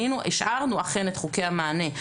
השארנו אכן את חוקי המענה,